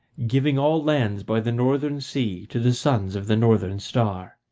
giving all lands by the northern sea to the sons of the northern star.